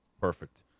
Perfect